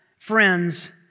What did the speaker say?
Friends